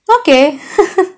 okay